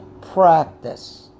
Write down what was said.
practice